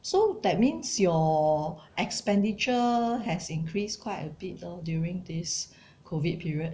so that means your expenditure has increased quite a bit lor during this COVID period